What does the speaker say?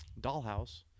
Dollhouse